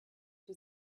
was